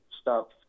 stop